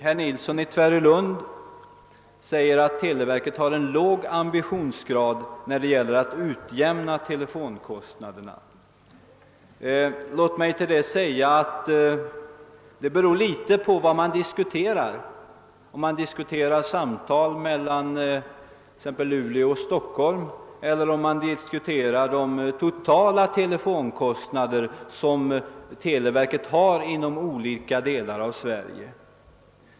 Herr Nilsson i Tvärålund anser att televerket har en låg ambitionsgrad när det gäller att utjämna telefonkostnaderna. Låt mig med anledning därav säga att det beror litet på vad man diskuterar — om det gäller samtal mellan t.ex. Luleå och Stockholm eller om man diskuterar televerkets totala telefonkostnader inom olika delar av Sverige.